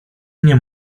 nie